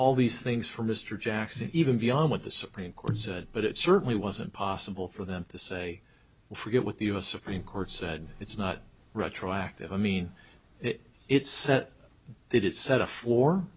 all these things for mr jackson even beyond what the supreme court said but it certainly wasn't possible for them to say forget what the u s supreme court said it's not retroactive i mean it it's it is set up for